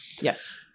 Yes